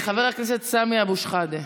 חבר הכנסת סמי אבו שחאדה.